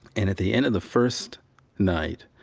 and at the end of the first night,